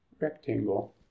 rectangle